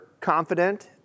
confident